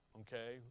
Okay